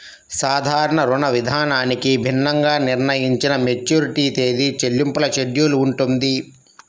సాధారణ రుణవిధానానికి భిన్నంగా నిర్ణయించిన మెచ్యూరిటీ తేదీ, చెల్లింపుల షెడ్యూల్ ఉంటుంది